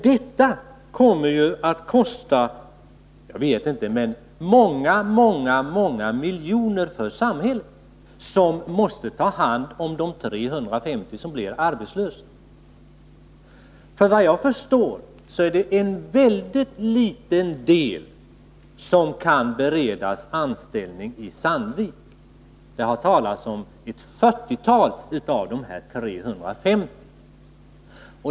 Detta kommer att kosta många miljoner för samhället, som måste ta hand om de 350 människor som blir arbetslösa. Vad jag förstår är det en mycket liten del av dem som kan beredas anställning i Sandvik. Det har talats om att det gäller ett 40-tal av de 350.